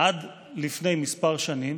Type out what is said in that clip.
עד לפני כמה שנים